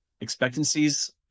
expectancies